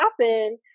happen